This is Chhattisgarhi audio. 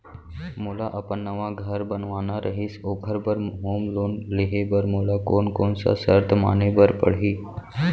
मोला अपन बर नवा घर बनवाना रहिस ओखर बर होम लोन लेहे बर मोला कोन कोन सा शर्त माने बर पड़ही?